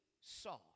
saw